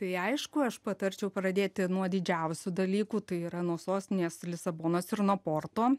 tai aišku aš patarčiau pradėti nuo didžiausių dalykų tai yra nuo sostinės lisabonos ir nuo porto